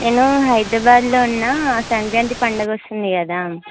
నేను హైదరాబాద్లో ఉన్నా సంక్రాంతి పండుగ వస్తుంది కదా